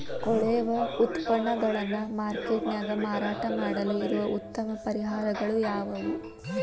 ಕೊಳೆವ ಉತ್ಪನ್ನಗಳನ್ನ ಮಾರ್ಕೇಟ್ ನ್ಯಾಗ ಮಾರಾಟ ಮಾಡಲು ಇರುವ ಉತ್ತಮ ಪರಿಹಾರಗಳು ಯಾವವು?